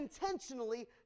intentionally